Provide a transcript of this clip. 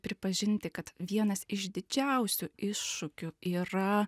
pripažinti kad vienas iš didžiausių iššūkių yra